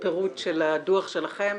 פירוט של הדו"ח שלכם,